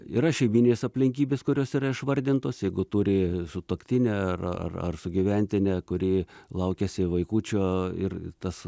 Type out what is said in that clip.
yra šeimyninės aplinkybės kurios yra išvardintos jeigu turi sutuoktinę ar ar ar sugyventinę kuri laukiasi vaikučio ir tas